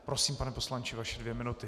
Prosím, pane poslanče, vaše dvě minuty.